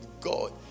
God